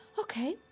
Okay